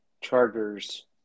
Chargers